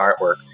artwork